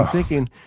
ah thinking,